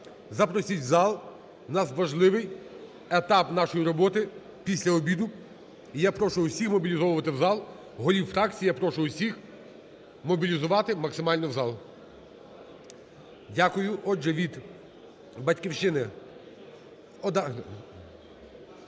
запросіть в зал, у нас важливий етап нашої роботи після обіду. І я прошу всіх мобілізовувати в зал, голів фракцій я прошу всіх мобілізувати максимально в зал. Дякую. Отже, від "Батьківщини"